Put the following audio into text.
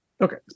Okay